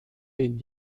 den